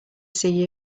see